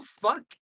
fuck